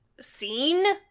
scene